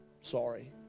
Sorry